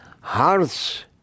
hearts